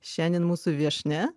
šiandien mūsų viešnia